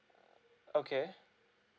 okay